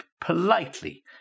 politely